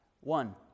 One